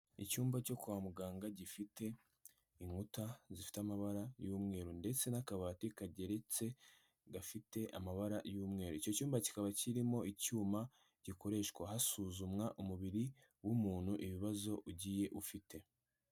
Icyumba cyo kwa muganga gifite inkuta zifite amabara y'umweru ndetse n'akabati kageretse gafite amabara y'umweru, icyo cyumba kikaba kirimo icyuma gikoreshwa hasuzumwa umubiri w'umuntu ibibazo ugiye ufite.